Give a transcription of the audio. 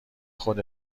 خود